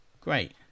great